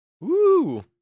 Woo